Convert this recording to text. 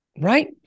right